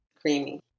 Creamy